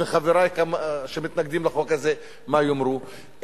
וחברי שמתנגדים לחוק הזה מה יאמרו,